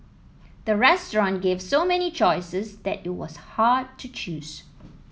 the restaurant gave so many choices that it was hard to choose